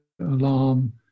alarm